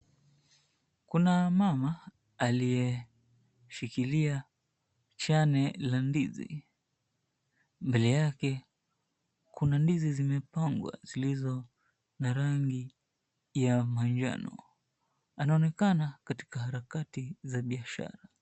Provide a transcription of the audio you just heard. Kuna mama aliye shikilia chane la ndizi. Mbele yake kuna ndizi zimepangwa zilizo na rangi ya manjano. Anaonekana katika harakati za biashara.